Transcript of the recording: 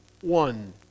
one